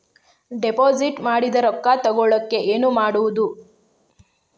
Deposit ಮಾಡಿದ ರೊಕ್ಕ ತಗೋಳಕ್ಕೆ ಏನು ಮಾಡೋದು?